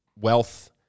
wealth